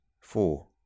four